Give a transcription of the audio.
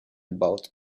about